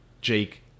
Jake